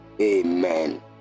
Amen